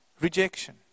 rejection